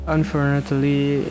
Unfortunately